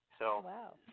wow